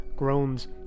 groans